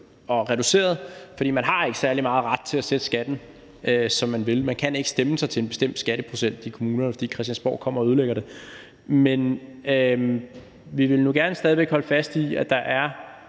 og reduceret, fordi man ikke har særlig meget ret til at sætte skatten, som man vil. Man kan ikke stemme sig til en bestemt skatteprocent i kommunerne, fordi Christiansborg kommer og ødelægger det. Men vi vil nu gerne stadig væk holde fast i, at der er